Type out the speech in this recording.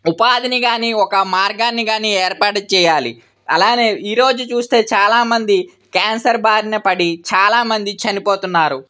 ఉపాధిని కానీ ఒక మార్గాన్ని కానీ ఏర్పాటు చేయాలి అలాగే ఈరోజు చూస్తే చాలామంది క్యాన్సర్ బారిన పడి చాలా మంది చనిపోతున్నారు